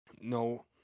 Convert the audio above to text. No